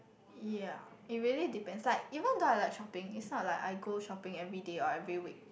ya it really depends like even though I like shopping it's not like I go shopping everyday or every week